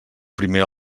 primer